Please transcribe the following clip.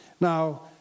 Now